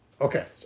Okay